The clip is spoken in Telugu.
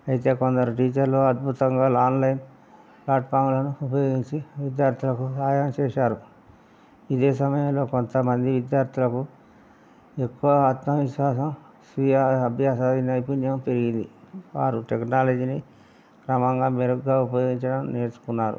అయితే కొందరు టీచర్లు అద్భుతంగా ఆన్లైన్ ప్లాట్ఫామ్లను ఉపయోగించి విద్యార్థులకు సహాయం చేసారు ఇదే సమయంలో కొంతమంది విద్యార్థులకు ఎక్కువ ఆత్మవిశ్వాసం స్వీయ అభ్యాస నైపుణ్యం పెరిగింది వారు టెక్నాలజీని క్రమంగా మెరుగ్గా ఉపయోగించడం నేర్చుకున్నారు